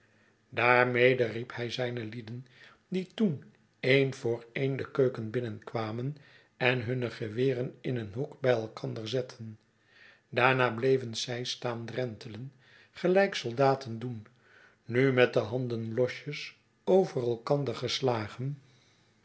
daarmede riep hij zijne lieden die toen een voor een de keuken binnenkwamen en hunne geweren in een hoek bij elkander zetten daarna bleven zij staan drentelen gelijk soldaten doen nu met de handen losjes over elkander geslagen